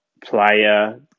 player